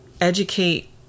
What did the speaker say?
educate